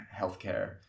healthcare